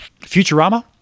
Futurama